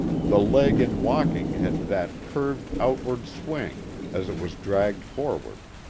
the leg in walking had that curved outward swing as it was dragged forward,